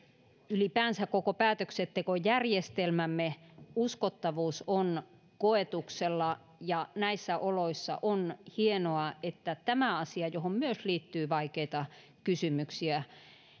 ylipäänsä koko päätöksentekojärjestelmämme uskottavuus on koetuksella ja näissä oloissa on hienoa että tämä asia johon myös liittyy vaikeita kysymyksiä